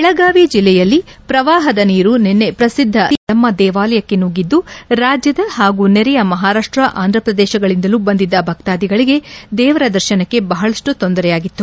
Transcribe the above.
ಬೆಳಗಾವಿ ಜಿಲ್ಲೆಯಲ್ಲಿ ಪ್ರವಾಹದ ನೀರು ನಿನ್ನೆ ಪ್ರಸಿದ್ದ ಸವದತ್ತಿ ಎಲ್ಲಮ್ಮ ದೇವಾಲಯಕ್ಕೆ ಸುಗಿದ್ದು ರಾಜ್ಯದ ಪಾಗೂ ನೆರೆಯ ಮಹಾರಾಷ್ಟ ಆಂಧ್ರಪ್ರದೇಶಗಳಿಂದಲೂ ಬಂದಿದ್ದ ಭಕ್ತಾದಿಗಳಿಗೆ ದೇವರ ದರ್ಶನಕ್ಕೆ ಬಹಳಷ್ಟು ತೊಂದರೆಯಾಗಿತ್ತು